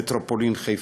מטרופולין חיפה.